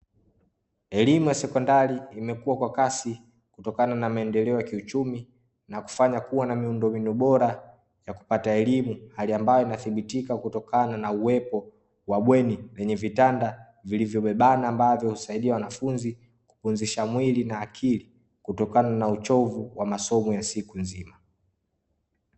Elimu ya sekondari imekuwa kwa kasi kutokana na maendeleo ya kiuchumi na kufanya kuwa na miundombinu bora ya kupata elimu, hali ambayo inathibitika kutokana na uwepo wa bweni lenye vitanda vilivyobebana ambavyo husaidia wanafunzi, kupumzisha mwili na akili kutokana na uchovu wa masomo ya siku nzima.